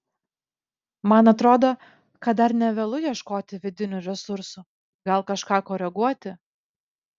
man atrodo kad dar ne vėlu ieškoti vidinių resursų gal kažką koreguoti